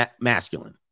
masculine